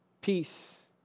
peace